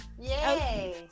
yay